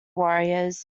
warriors